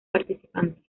participantes